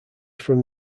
from